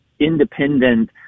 independent